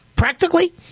Practically